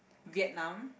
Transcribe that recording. Vietnam